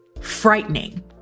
Frightening